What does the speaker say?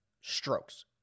strokes